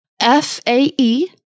F-A-E